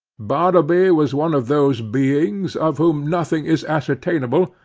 bartleby was one of those beings of whom nothing is ascertainable,